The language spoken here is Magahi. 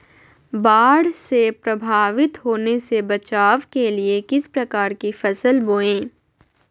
बाढ़ से प्रभावित होने से बचाव के लिए किस प्रकार की फसल बोए?